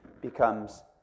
becomes